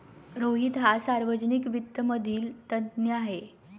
रोहित हा सार्वजनिक वित्त मधील तज्ञ आहे